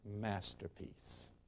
masterpiece